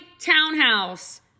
townhouse